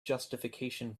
justification